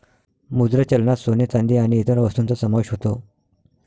मुद्रा चलनात सोने, चांदी आणि इतर वस्तूंचा समावेश होतो